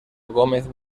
gómez